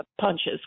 punches